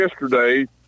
yesterday